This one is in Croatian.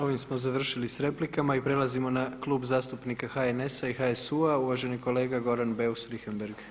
Ovime smo završili sa replikama i prelazimo na Klub zastupnika HNS-a i HSU-a, uvaženi kolega Goran Beus-Richembergh.